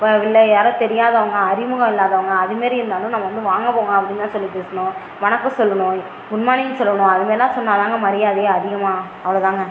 இப்போ இல்லை யாரோ தெரியாதவங்க அறிமுகம் இல்லாதவங்க அது மாரி இருந்தாலும் நம்ம வந்து வாங்க போங்க அப்படினு சொல்லி தான் பேசணும் வணக்கம் சொல்லணும் குட் மார்னிங் சொல்லணும் அது மாரிலாம் சொன்னாதாங்க மரியாதையே அதிகமாகும் அவ்வளோதாங்க